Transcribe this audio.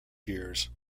years